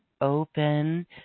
open